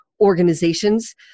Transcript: organizations